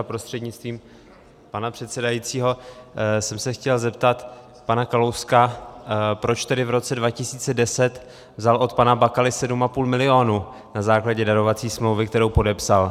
Prostřednictvím pana předsedajícího jsem se chtěl zeptat pana Kalouska, proč tedy v roce 2010 vzal od pana Bakaly sedm a půl milionu na základě darovací smlouvy, kterou podepsal.